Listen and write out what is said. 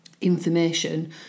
information